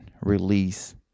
release